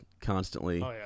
constantly